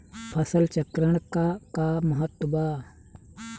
फसल चक्रण क का महत्त्व बा?